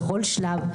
בכל שלב,